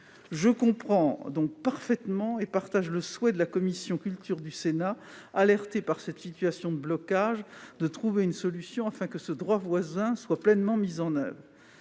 Je comprends donc parfaitement et partage le souhait de la commission de la culture du Sénat, inquiète de cette situation de blocage, de trouver une solution pour que ce droit voisin soit pleinement mis en oeuvre.